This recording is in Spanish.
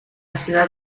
ciudad